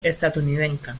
estatunidenca